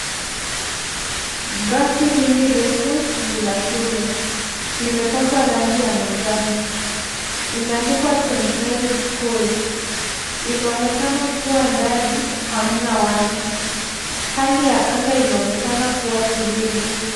Basi hili refu ni la shule. Limepakwa rangi ya manjano. Imeandikwa ST MARYS SCHOOL. Inaonekana kuwa ndani hamna watu. Hali ya anga inaonekana kuwa tulivu.